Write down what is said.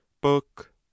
book